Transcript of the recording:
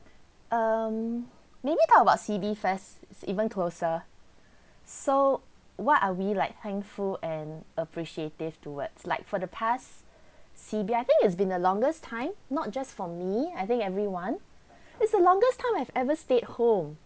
um maybe talk about C_B first it's even closer so what are we like thankful and appreciative towards like for the past C_B I think it's been the longest time not just for me I think everyone it's the longest time I've ever stayed home